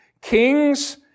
kings